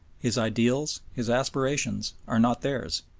his ideals, his aspirations are not theirs.